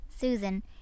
Susan